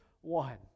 one